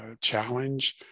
challenge